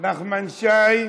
נחמן שי,